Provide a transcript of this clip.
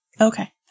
Okay